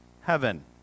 heaven